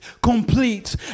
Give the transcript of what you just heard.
complete